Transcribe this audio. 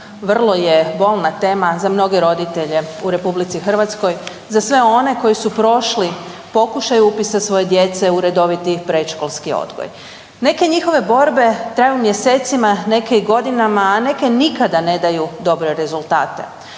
vrlo je bolna tema za mnoge roditelje u RH za sve one koji su prošli pokušaj upisa svoje djece u redoviti predškolski odgoj. Neke njihove borbe traju mjesecima, neke i godinama, a neke nikada ne daju dobre rezultate.